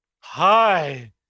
hi